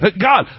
God